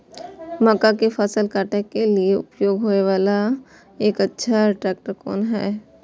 मक्का के फसल काटय के लिए उपयोग होय वाला एक अच्छा ट्रैक्टर कोन हय?